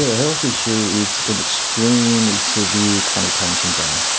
health issue is an extremely severe chronic pain syndrome.